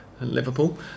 Liverpool